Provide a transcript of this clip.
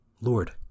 Lord